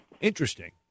Interesting